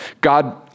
God